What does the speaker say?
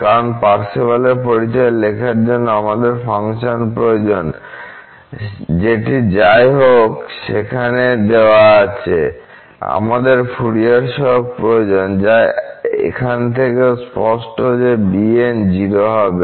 কারণ পার্সেভালের পরিচয় লেখার জন্য আমাদের ফাংশন প্রয়োজন যেটি যাই হোক সেখানে দেওয়া আছে আমাদের ফুরিয়ার সহগ প্রয়োজন যা এখান থেকেও স্পষ্ট যে bn 0 হবে